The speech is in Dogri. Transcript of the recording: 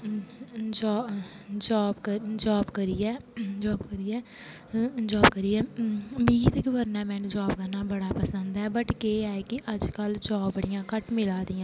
जाॅव करिये जाॅव करिये जाॅव करिये मि ते गवर्नामेंट जाॅव करना बडा पसंद ऐ बट के ऐ कि अजकल जाॅव बडियां घट्ट मिला दियां न